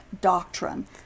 doctrine